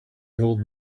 old